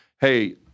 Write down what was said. Hey